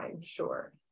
Sure